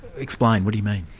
explain. what do you mean?